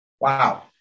Wow